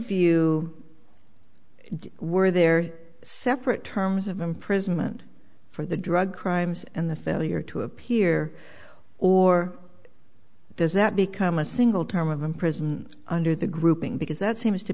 view where they're separate terms of imprisonment for the drug crimes and the thing you're to appear or does that become a single term of the prison under the grouping because that seems to